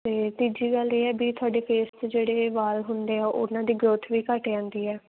ਅਤੇ ਤੀਜੀ ਗੱਲ ਇਹ ਹੈ ਵੀ ਤੁਹਾਡੇ ਫੇਸ 'ਤੇ ਜਿਹੜੇ ਵਾਲ ਹੁੰਦੇ ਆ ਉਹਨਾਂ ਦੀ ਗਰੋਥ ਵੀ ਘੱਟ ਜਾਂਦੀ ਹੈ